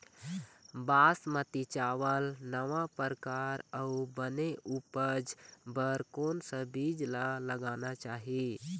बासमती चावल नावा परकार अऊ बने उपज बर कोन सा बीज ला लगाना चाही?